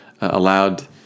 allowed